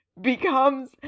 becomes